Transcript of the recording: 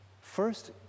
First